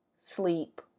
sleep